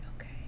okay